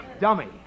dummy